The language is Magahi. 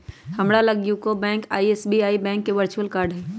हमरा लग यूको बैंक आऽ एस.बी.आई बैंक के वर्चुअल कार्ड हइ